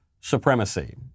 supremacy